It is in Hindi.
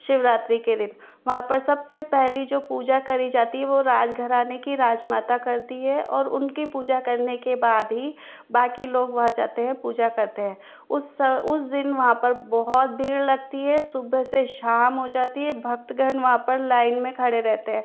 शिवरात्रि के दिन वहाँ पर सब से पहली जो पूजा करी जाती है वो राजघराने की राज माता करती है और उनके पूजा करने के बाद ही बाकि लोग वहाँ जाते है पूजा करते हैं उस सा उस दिन वहाँ पर बहुत भीड़ लगती है सुबह से शाम हो जाती है भक्तगण वहाँ लाइन में खड़े रहते है